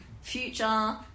Future